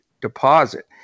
deposit